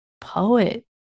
poet